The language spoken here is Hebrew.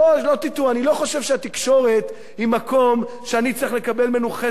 אני לא חושב שהתקשורת היא מקום שאני צריך לקבל ממנו חסד מסוים.